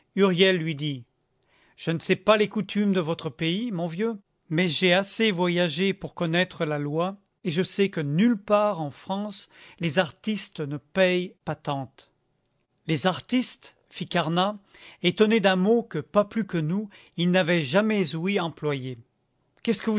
lui dit je ne sais pas les coutumes de votre pays mon vieux mais j'ai assez voyagé pour connaître la loi et je sais que nulle part en france les artistes ne payent patente les artistes fit carnat étonné d'un mot que pas plus que nous il n'avait jamais ouï employer qu'est-ce que